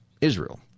Israel